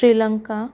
Sri Lanka